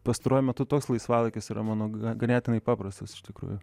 pastaruoju metu toks laisvalaikis yra mano ganėtinai paprastas iš tikrųjų